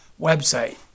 website